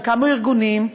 וקמו ארגונים,